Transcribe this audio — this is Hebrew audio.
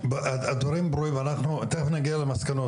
ג'אבר, הדברים ברורים ואנחנו תיכף נגיע למסקנות.